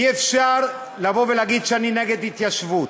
אי-אפשר להגיד שאני נגד התיישבות.